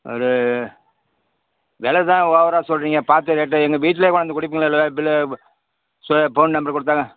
ஒரு வெலை தான் ஓவராக சொல்கிறீங்க பார்த்து ரேட்டு எங்கள் வீட்டில் கொண்டாந்து கொடுப்பீங்களா இல்லை பில் ப சோ ஃபோன் நம்பர் கொடுத்தாலும்